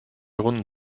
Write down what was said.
runden